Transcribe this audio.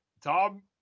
Tom